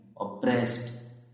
oppressed